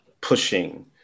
pushing